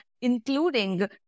including